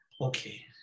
Okay